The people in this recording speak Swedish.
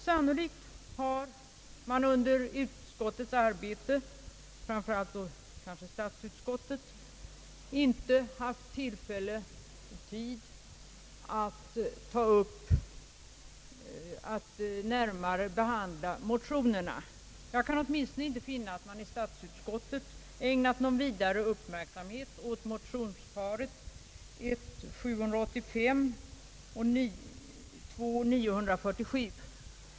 Sannolikt har man under utskottens arbete, framför allt då kanske statsutskottets, inte haft tillfälle och tid att närmare behandla motionerna. Jag kan åtminstone inte finna att man i statsutskottet har ägnat någon vidare uppmärksamhet åt motionsparet I: 785 och II: 947.